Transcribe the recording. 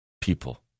people